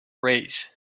raise